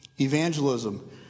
evangelism